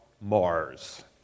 Mars